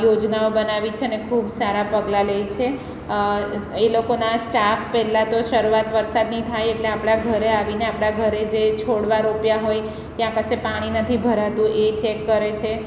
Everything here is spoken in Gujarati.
યોજનાઓ બનાવી છે અને ખૂબ સારા પગલા લે છે એ લોકોના સ્ટાફ પહેલા તો શરૂઆત વરસાદની થાય એટલે આપણા ઘરે આવીને આપણા ઘરે જે છોડવા રોપ્યા હોય ક્યાં કશે પાણી નથી ભરાતું એ ચેક કરે છે